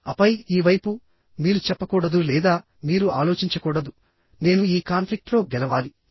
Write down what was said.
ఆపై ఈ వైపు మీరు చెప్పకూడదు లేదా మీరు ఆలోచించకూడదు నేను ఈ కాన్ఫ్లిక్ట్ లో గెలవాలి